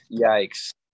Yikes